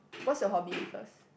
what's your hobby first